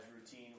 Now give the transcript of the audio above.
routine